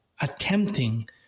attempting